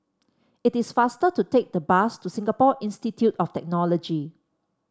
it is faster to take the bus to Singapore Institute of Technology